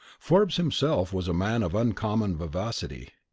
forbes himself was a man of uncommon vivacity.